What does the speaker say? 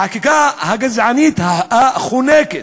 החקיקה הגזענית החונקת,